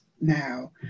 now